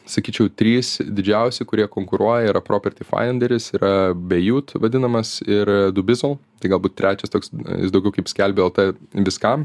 sakyčiau trys didžiausi kurie konkuruoja yra property fajenderis yra bejūt vadinamas ir dubisol tai galbūt trečias toks jis daugiau kaip skelbiu lt viskam